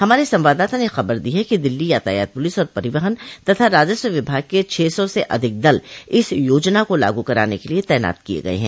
हमारे संवाददाता ने खबर दी है कि दिल्ली यातायात पुलिस और परिवहन तथा राजस्व विभाग के छह सौ से अधिक दल इस योजना को लागू कराने के लिए तैनात किए गए हैं